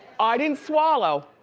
i didn't swallow,